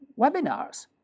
webinars